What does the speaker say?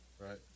right